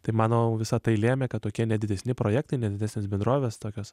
tai manau visa tai lėmė kad tokie nedidesni projektai nedidelės bendrovės tokios